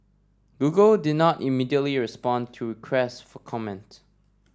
Google did not immediately respond to requests for comment